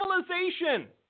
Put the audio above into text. civilization